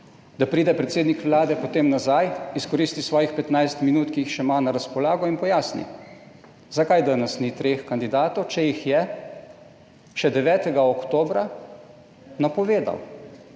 da pride predsednik Vlade potem nazaj, izkoristi svojih 15 min, ki jih še ima na razpolago in pojasni, zakaj danes ni treh kandidatov, če jih je še 9. oktobra napovedal.